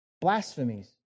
blasphemies